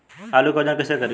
आलू के वजन कैसे करी?